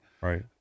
Right